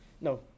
no